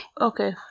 Okay